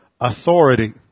authority